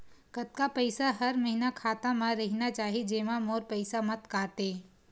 कतका पईसा हर महीना खाता मा रहिना चाही जेमा मोर पईसा मत काटे?